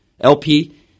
LP